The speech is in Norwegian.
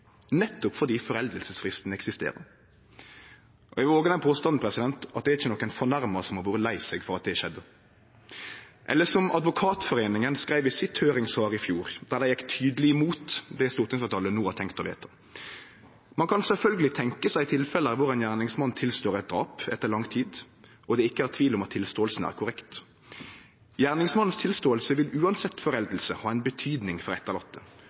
nettopp fordi foreldingsfristen eksisterer. Eg vil våge påstanden at det ikkje er nokon fornærma som har vore lei seg for at det skjedde. Eller som Advokatforeningen skreiv i sitt høyringssvar i fjor, der dei gjekk tydeleg imot det stortingsfleirtalet no har tenkt å vedta: «Man kan selvfølgelig tenke seg tilfeller hvor en gjerningsmann tilstår et drap etter lang tid, og det ikke er tvil om at tilståelsen er korrekt. Gjerningsmannens tilståelse vil uansett foreldelse ha en betydning for etterlatte,